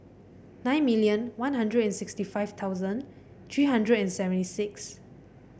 nine million One Hundred and sixty five thousand three hundred and seventy six